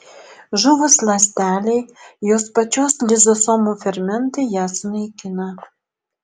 žuvus ląstelei jos pačios lizosomų fermentai ją sunaikina